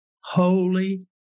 holy